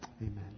Amen